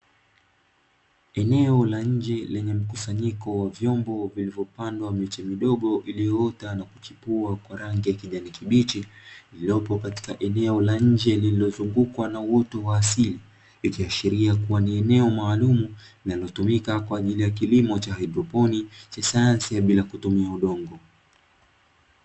Eneo la nje lenye mkusanyiko wa vyombo vilivyopandwa miche midogo iliyoota na kuchipua kwa rangi ya kijani kibichi, iliyopo katika eneo la nje lililozungukwa na uoto wa asili. Ikishiria kuwa ni eneo maalumu linalotumika kwa ajili ya kilimo cha haidroponi cha sayansi ya bila kutumia udongo.